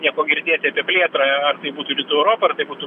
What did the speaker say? nieko girdėti apie plėtrą ar tai būtų rytų europa ar tai būtų